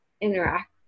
interact